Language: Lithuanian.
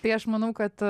tai aš manau kad